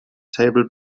table